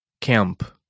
Camp